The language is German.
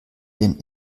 den